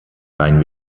rein